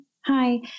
hi